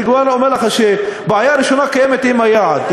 אני אומר לך שהבעיה הראשונה שקיימת היא היעד,